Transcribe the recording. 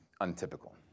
untypical